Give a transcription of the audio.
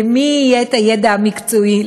למי יהיה הידע המקצועי?